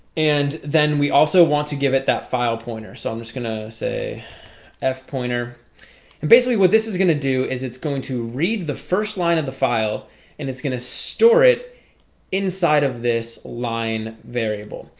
and then we also want to give it that file pointer so i'm just gonna say f pointer and basically what this is gonna do is it's going to read the first line of the file and it's going to store it inside of this line variable.